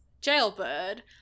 jailbird